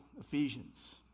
Ephesians